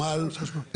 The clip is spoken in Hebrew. חשמל,